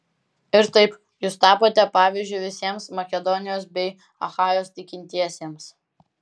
ir taip jūs tapote pavyzdžiu visiems makedonijos bei achajos tikintiesiems